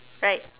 right